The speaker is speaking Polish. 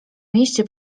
mieście